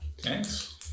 thanks